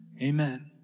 Amen